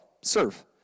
Serve